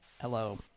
Hello